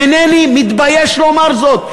אינני מתבייש לומר זאת,